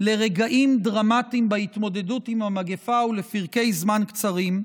לרגעים דרמטיים בהתמודדות עם המגפה ולפרקי זמן קצרים,